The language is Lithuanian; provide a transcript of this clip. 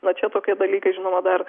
na čia tokie dalykai žinoma dar